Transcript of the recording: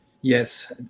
Yes